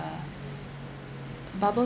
bubble